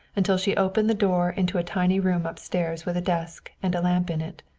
until she opened the door into a tiny room upstairs with a desk and a lamp in it.